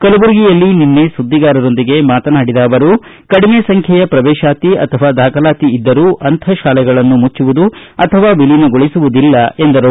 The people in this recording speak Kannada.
ಕಲಬುರಗಿಯಲ್ಲಿ ನಿನ್ನೆ ಸುದ್ವಿಗಾರರೊಂದಿಗೆ ಮಾತನಾಡಿದ ಅವರು ಕಡಿಮೆ ಸಂಖ್ಯೆಯ ಪ್ರವೇಶಾತಿ ಅಥವಾ ದಾಖಲಾತಿ ಇದ್ದರೂ ಅಂಥ ಶಾಲೆಗಳನ್ನು ಮುಚ್ಚುವ ಅಥವಾ ವಿಲೀನಗೊಳಿಸುವುದಿಲ್ಲ ಎಂದರು